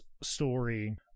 story